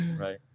Right